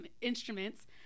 instruments